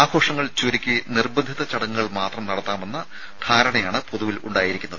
ആഘോഷങ്ങൾ ചുരുക്കി നിർബന്ധിത ചടങ്ങുകൾ മാത്രം നടത്താമെന്ന ധാരണയാണ് പൊതുവിൽ ഉണ്ടായിരിക്കുന്നത്